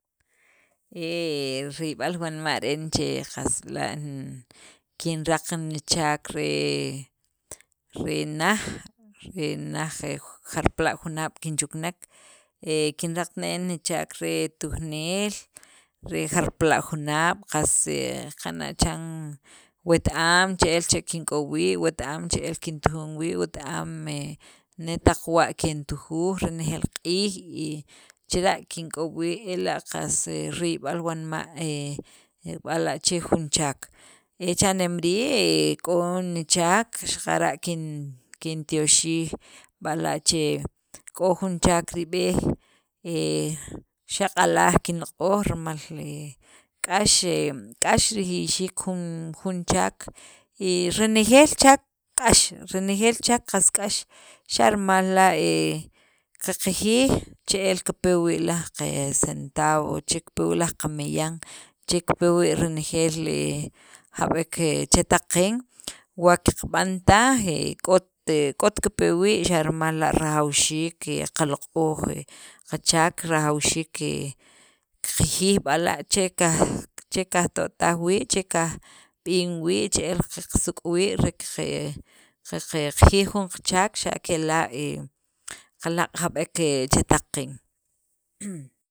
He riyb'al wanma' re'en che qast b'la' nn kinraq nichaak re re naj, naj, jarpala' junaab' kinchuknek e kinraqt ne' nichaak re tujneel re jarpala' junaab', qas he qana' chan wet- am che'el he kik'ob wii', wet- am che'el kintujun wii', wet- am he netaq wa' kintujuj renejeel q'iij, y chila' kink'ob' wii', ela' qas riyb'al wanma' he b'ala' che jun chaak, e cha'neem rii' he k'o nichaak xaqara' kintyoxij b'ala' che k'o jun chaak rib'e, xa' q'alaj kinloq'oj rimal he k'ax he k'ax rijiyxiik jun jun chaak, renejeel chaak k'ax, renejeel qas k'ax xa' rimal la' he qaqjiyj che'el kipe wii' laj qe qasentab'o, che'el kipe wii' laj qameyaan, che'el kipe wii' renejeel le jab'ek chetaq qeen wa qaqb'an taj he k'ot kipe wii', xa' rimal la' rajawxiik qe qaloq'oj qachaak rajawxiik he qaqjiyij b'ala' che kaj kajto'taj wii', che qajb'in wii', che'el qaqsuk' wii' re qaqe qajiyij jun qachaak xa' kela' qalaq' jab'ek he chetaq qeen.